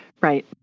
Right